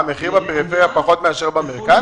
המחיר בפריפריה פחות מאשר במרכז?